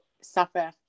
suffer